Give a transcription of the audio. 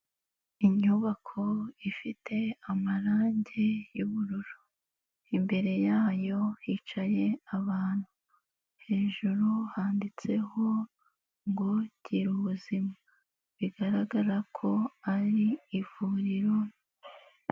Inyubako ifite amarangi yubururu imbere yayo hicaye ahantu hejuru handitseho ngo gira ubuzima bigaragara ko ari ivuriro.